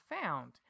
found